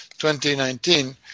2019